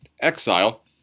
exile